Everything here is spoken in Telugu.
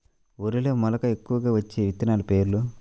వరిలో మెలక ఎక్కువగా వచ్చే విత్తనాలు పేర్లు?